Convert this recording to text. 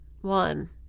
One